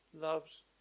loves